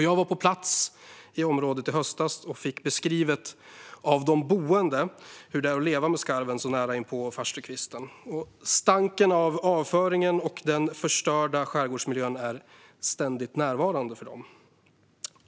Jag var på plats i området i höstas och fick beskrivet av de boende hur det är att leva med skarven så nära inpå farstukvisten. Stanken av avföringen och den förstörda skärgårdsmiljön är ständigt närvarande för dem.